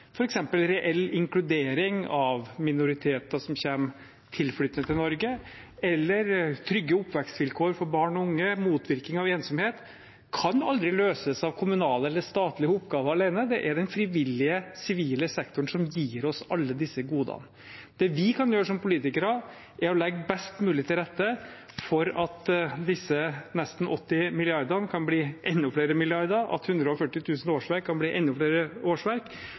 reell inkludering av minoriteter som kommer tilflyttende til Norge, trygge oppvekstvilkår for barn og unge og motvirkning av ensomhet, kan aldri løses av kommunale eller statlige oppgaver alene. Det er den frivillige, sivile sektoren som gir oss alle disse godene. Det vi kan gjøre som politikere, er å legge best mulig til rette for at disse nesten 80 milliardene kan bli enda flere milliarder, at 140 000 årsverk kan bli enda flere årsverk,